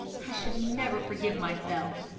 i should never forgive myself.